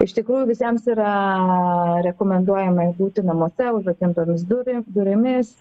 iš tikrųjų visiems yra rekomenduojama būti namuose užrakintomis duri durimis